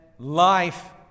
Life